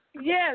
Yes